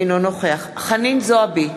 אינו נוכח חנין זועבי,